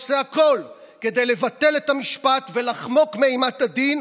עושה הכול כדי לבטל את המשפט ולחמוק מאימת הדין,